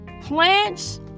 plants